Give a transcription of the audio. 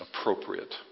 appropriate